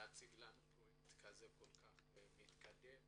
להציג לנו פרויקט כל כך מתקדם